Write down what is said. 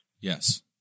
Yes